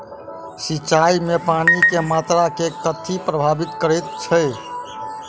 सिंचाई मे पानि केँ मात्रा केँ कथी प्रभावित करैत छै?